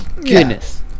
Goodness